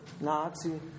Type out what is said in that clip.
Nazi